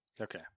Okay